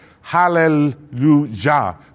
Hallelujah